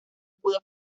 pudo